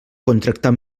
contractar